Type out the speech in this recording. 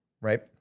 right